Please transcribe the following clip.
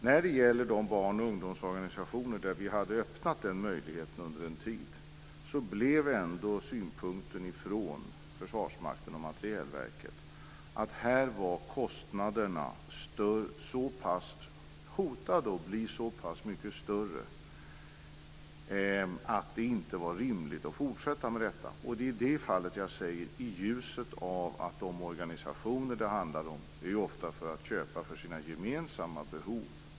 När det gäller de barn och ungdomsorganisationer som vi under en tid gav denna möjlighet framförde Materielverket synpunkten att kostnaderna hotade att bli så stora att det inte var rimligt att fortsätta. De organisationer det handlar om köper ofta för sina gemensamma behov.